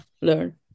learn